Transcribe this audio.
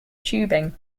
tubing